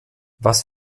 was